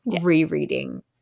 rereading